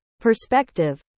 Perspective